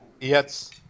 Yes